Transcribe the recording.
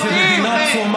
החזון שלנו זה מדינה צומחת,